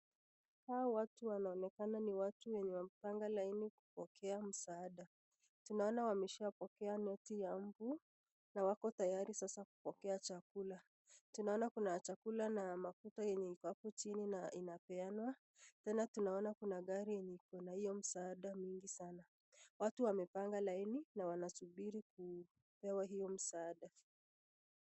Hawa watu wanaonekana ni watu wenye wamepanga laini kupokea msaada. Tunaona wameshapokea noti ya unga na wako tayari kupokea chakula. Tunaona kuna chakula na mafuta yenye iko hapo chini na inapeanwa. Tena tunaona kuna gari yenye iko na hio msaada mingi sanaa. Watu wamepanga laini na wanasubiri kupewa hiyo msaada.